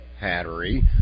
Hattery